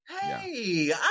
Hey